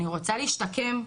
אני רוצה להשתקם,